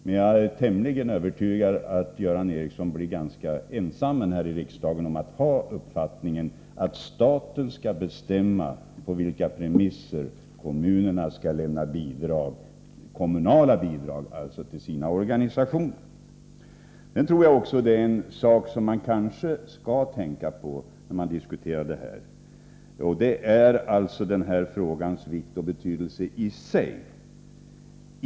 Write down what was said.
Men jag är tämligen övertygad om att Göran Ericsson blir ganska ensam i riksdagen om att ha den uppfattningen att staten skall bestämma på vilka premisser kommunerna skall lämna kommunala bidrag till organisationerna. Jag anser att man skall tänka på ytterligare en sak när man diskuterar detta, nämligen frågans vikt och betydelse i sig.